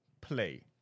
play